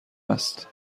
است